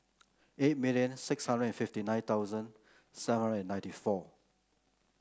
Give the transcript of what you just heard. eight million six thousand and fifty nine thousand seven hundred and ninety four